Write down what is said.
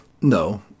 no